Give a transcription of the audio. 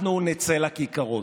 אנחנו נצא לכיכרות,